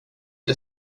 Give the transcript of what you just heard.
det